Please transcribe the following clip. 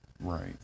Right